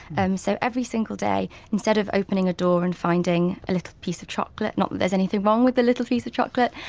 and so, every single day, instead of opening a door and finding a little piece of chocolate, not that there's anything wrong with a little piece of chocolate,